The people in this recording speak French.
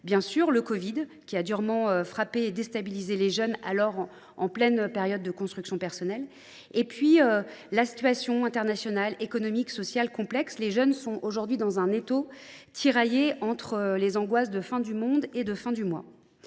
; ensuite, le covid 19, qui a durement frappé et déstabilisé les jeunes alors en pleine période de construction personnelle ; enfin, la situation internationale, économique et sociale complexe. Les jeunes sont aujourd’hui dans un étau, tiraillés entre les angoisses de fin du monde et de fin du mois.